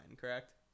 correct